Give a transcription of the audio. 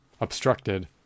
obstructed